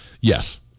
Yes